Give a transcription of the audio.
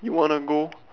you wanna go